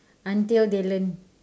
until they learn